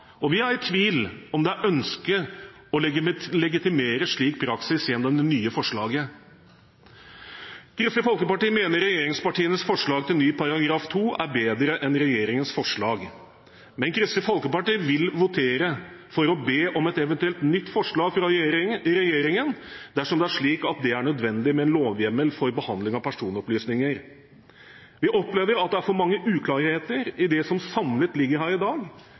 rammeplan. Vi er i tvil om det er ønskelig å legitimere slik praksis gjennom det nye forslaget. Kristelig Folkeparti mener regjeringspartienes forslag til ny § 2 er bedre enn regjeringens forslag, men Kristelig Folkeparti vil votere for å be om et eventuelt nytt forslag fra regjeringen, dersom det er slik at det er nødvendig med en lovhjemmel for behandling av personopplysninger. Vi opplever at det er for mange uklarheter i det som samlet ligger her i dag,